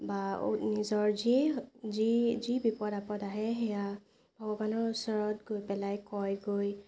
বা নিজৰ যিয়ে যি যি বিপদ আপদ আহে সেয়া ভগৱানৰ ওচৰত গৈ পেলাই কয়গৈ